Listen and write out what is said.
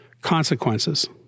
consequences